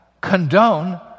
condone